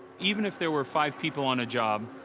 even if there were five people on a job,